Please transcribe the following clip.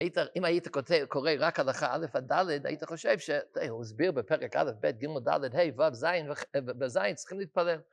היית... אם היית כותב... קורא רק הלכה א' עד ד', היית חושב ש... זה, הוא הסביר בפרק א', ב', ג' ד', ה', ו' ז', ח... ו-ז', צריכים להתפלל.